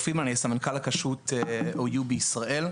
סמנכ"ל כשרות OU בישראל.